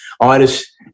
artists